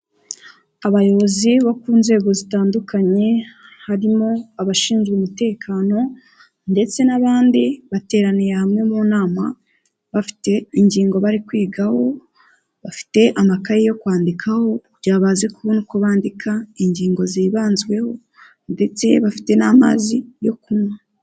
Abayobozi bo ku nzego zitandukanye, harimo abashinzwe umutekano, ndetse n'abandi, bateraniye hamwe mu nama, bafite ingingo bari kwigaho, bafite amakaye yo kwandikaho, kugira ngo baze kubona uko bandika ingingo zibanzweho, ndetse bafite n'amazi yo kunywa.